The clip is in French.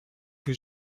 que